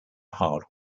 hard